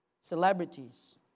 celebrities